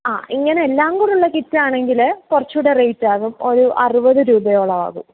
ആ ഇങ്ങനെല്ലാം കൂടെയുള്ള കിറ്റാണെങ്കിൽ കുറച്ചൂടെ റേറ്റാവും ഒരു അറുപത് രൂപയോളം ആകും